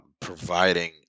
providing